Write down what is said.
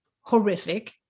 horrific